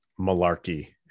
malarkey